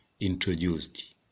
Introduced